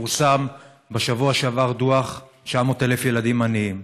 פורסם בשבוע שעבר דוח: 900,000 ילדים עניים.